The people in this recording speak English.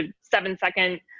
seven-second